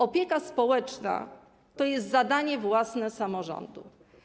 Opieka społeczna to jest zadanie własne samorządu.